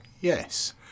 Yes